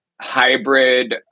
hybrid